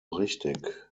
richtig